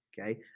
Okay